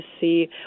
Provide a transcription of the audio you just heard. see